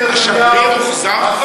השגריר הוחזר?